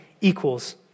equals